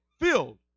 filled